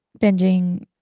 binging